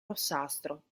rossastro